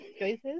choices